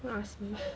don't ask me